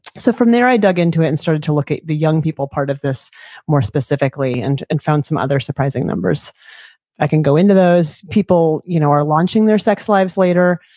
so from there i dug into it and started to look at the young people part of this more specifically and and found some other surprising numbers. if i can go into those, people you know are launching their sex lives later.